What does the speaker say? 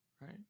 Right